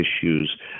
issues